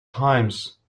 times